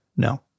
No